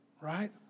right